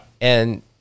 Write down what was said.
And-